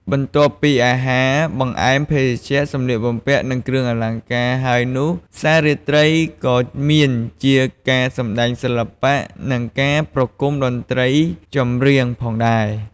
បន្ទាប់ពីអាហារ បង្អែម ភេសជ្ជៈ សម្លៀកបំពាក់ និងគ្រឿងអលង្ការហើយនោះ ផ្សាររាត្រីក៏មានជាការសម្តែងសិល្បៈ និងការប្រគុំតន្ត្រីចម្រៀងផងដែរ។